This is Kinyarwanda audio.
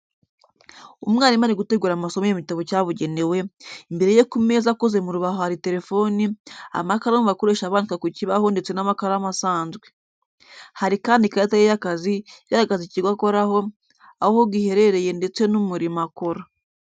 Umwarimu ari gutegura amasomo ye mu gitabo cyabugenewe, imbere ye ku meze akoze mu rubaho hari telefoni, amakaramu bakoresha bandika ku kibaho ndetse n'amakaramu asanzwe. Hari kandi ikarita ye y'akazi, igaragaza ikigo akoraho, aho giherereye ndetse n'umurimo akora.